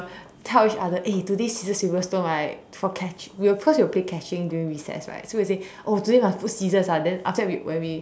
tell each other eh today scissor paper stone right for catch~ we will cause we will playing catching during recess right so we will say oh today must put scissors ah then after that when we